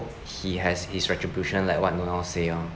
he has his retribution like what noel say lor